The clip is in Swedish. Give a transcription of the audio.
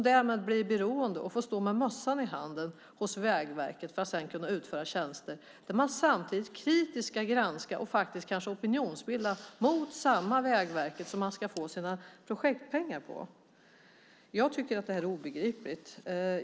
Då får NTF stå med mössan i hand hos Vägverket för att sedan få utföra tjänster samtidigt som man kritiskt ska granska och kanske till och med opinionsbilda mot samma vägverk som man ska få projektpengar av. Detta är obegripligt!